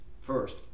first